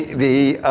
the,